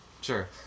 Sure